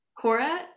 Cora